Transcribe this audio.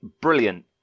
brilliant